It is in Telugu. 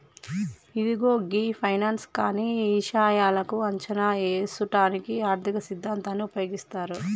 ఇదిగో గీ ఫైనాన్స్ కానీ ఇషాయాలను అంచనా ఏసుటానికి ఆర్థిక సిద్ధాంతాన్ని ఉపయోగిస్తారు